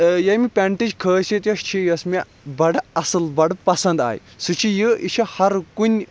تہٕ ییٚمہِ پیٚنٹٕچ خٲصیت یۅس چھِ یۅس مےٚ بَڈٕ اصٕل بَڈٕ پَسَنٛد آے سُہ چھُ یہِ یہِ چھُ ہَر کُنہِ